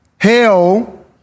Hell